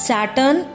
Saturn